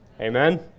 Amen